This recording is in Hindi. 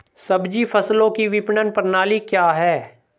सब्जी फसलों की विपणन प्रणाली क्या है?